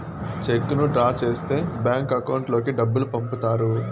చెక్కును డ్రా చేస్తే bank account లోకి డబ్బులు పంపుతారు